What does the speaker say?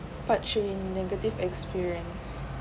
part three negative experience